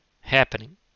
happening